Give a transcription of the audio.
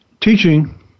teaching